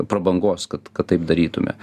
prabangos kad kad taip darytume